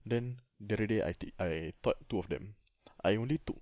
then the other day I tea~ I taught two of them I only took